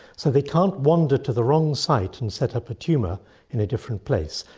so they can't wander to the wrong site and set up a tumour in a different place,